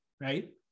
right